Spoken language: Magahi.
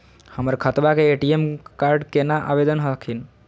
हमर खतवा के ए.टी.एम कार्ड केना आवेदन हखिन?